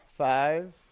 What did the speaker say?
Five